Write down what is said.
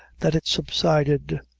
that it subsided.